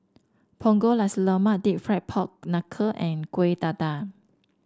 Punggol Nasi Lemak deep fried Pork Knuckle and Kueh Dadar